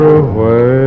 away